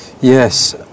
yes